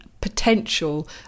potential